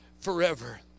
forever